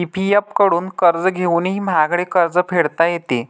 PPF कडून कर्ज घेऊनही महागडे कर्ज फेडता येते